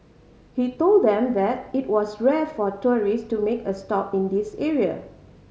he told them that it was rare for tourist to make a stop in this area